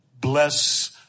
bless